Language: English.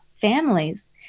families